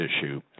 issue